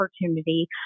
opportunity